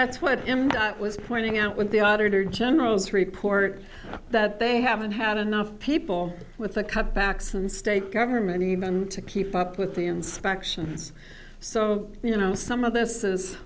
that's what it was pointing out with the auditor general's report that they haven't had enough people with the cutbacks in state government even to keep up with the inspections so you know some of this is